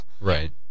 Right